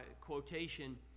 quotation